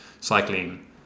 cycling